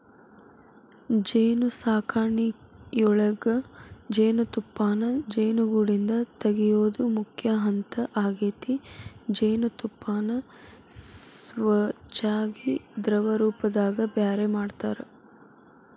ಜೇನುಸಾಕಣಿಯೊಳಗ ಜೇನುತುಪ್ಪಾನ ಜೇನುಗೂಡಿಂದ ತಗಿಯೋದು ಮುಖ್ಯ ಹಂತ ಆಗೇತಿ ಜೇನತುಪ್ಪಾನ ಸ್ವಚ್ಯಾಗಿ ದ್ರವರೂಪದಾಗ ಬ್ಯಾರೆ ಮಾಡ್ತಾರ